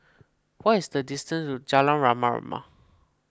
what is the distance to Jalan Rama Rama